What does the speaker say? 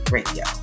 Radio